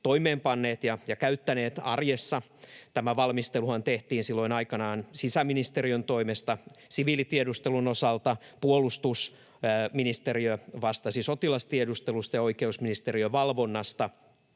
toimeenpanneet ja käyttäneet arjessa. Tämä valmisteluhan tehtiin silloin aikanaan sisäministeriön toimesta siviilitiedustelun osalta, puolustusministeriö vastasi sotilastiedustelusta ja oikeusministeriö valmistelun